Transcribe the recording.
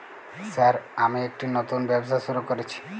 Sir আমি একটি নতুন ব্যবসা শুরু করেছি?